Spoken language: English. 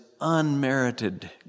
unmerited